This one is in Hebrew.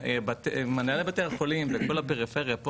מנהלי בתי החולים בכל הפריפריה פה